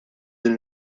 din